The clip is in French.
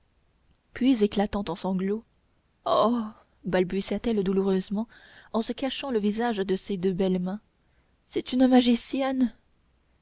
puis éclatant en sanglots oh balbutia-t-elle douloureusement en se cachant le visage de ses deux belles mains c'est une magicienne